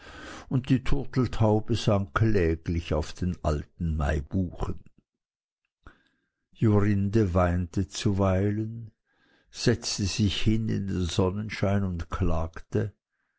und die turteltaube sang kläglich auf den alten maibuchen jorinde weinte zuweilen setzte sich hin im sonnenschein und klagte